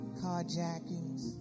carjackings